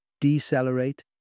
Decelerate